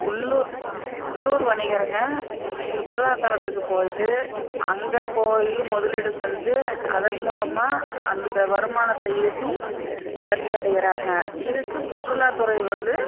உள்ளூ உள்ளூர் வணிகர்க சுற்றுலாத்தலத்துக்கு போயிட்டு அங்கே போய் முதலீடு செஞ்சு அதன் மூலமாக அந்த வருமானத்தை ஈட்டி வளர்ச்சி அடைகிறாங்க இதுக்கு சுற்றுலாத்துறை வந்து